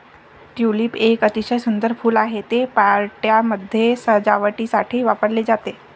tulip एक अतिशय सुंदर फूल आहे, ते पार्ट्यांमध्ये सजावटीसाठी वापरले जाते